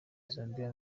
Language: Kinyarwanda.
zambia